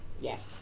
yes